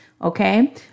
Okay